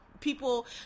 people